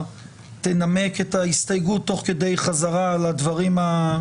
תנמק את ההסתייגות תוך כדי חזרה על הדברים.